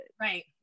right